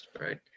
Right